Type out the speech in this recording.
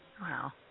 Wow